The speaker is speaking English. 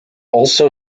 also